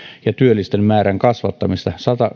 ja työllisten määrän kasvattamisesta